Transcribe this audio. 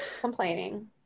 Complaining